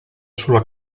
sulla